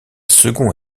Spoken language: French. second